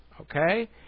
Okay